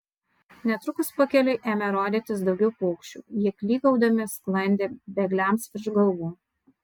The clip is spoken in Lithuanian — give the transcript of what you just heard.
netrukus pakeliui ėmė rodytis daugiau paukščių jie klykaudami sklandė bėgliams virš galvų